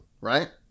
right